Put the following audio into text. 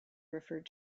referred